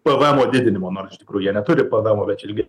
pėvėemo didinimo nors iš tikrųjų jie neturi pėvėemo bet čia irgi